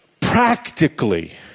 practically